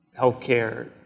healthcare